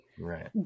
Right